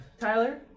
Tyler